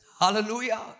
Hallelujah